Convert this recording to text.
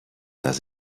does